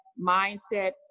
mindset